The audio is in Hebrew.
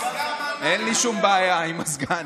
סגן, אין לי שום בעיה עם הסגן.